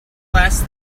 last